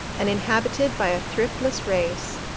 and inhabited by a thriftless race,